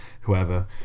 whoever